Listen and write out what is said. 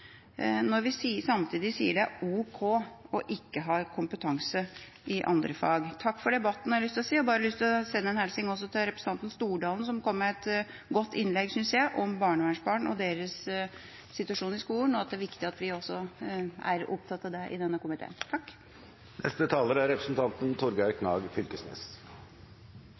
når vi samtidig sier det er ok å ikke ha kompetanse i andre fag. Takk for debatten, har jeg lyst til å si. Jeg har også lyst til å sende en hilsen til representanten Stordalen, som kom med et godt innlegg, synes jeg, om barnevernsbarn og deres situasjon i skolen og at det er viktig at vi også er opptatt av det i denne komiteen.